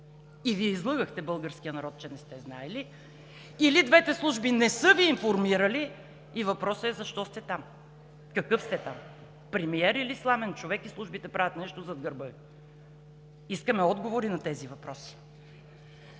и Вие излъгахте българския народ, че не сте знаели. Или двете служби не са Ви информирали и въпросът е: защо сте там, какъв сте там? Премиер или сламен човек, и службите правят нещо зад гърба Ви? Искаме отговори на тези въпроси!